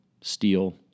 steel